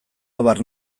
abar